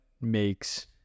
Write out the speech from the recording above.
makes